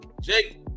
Jake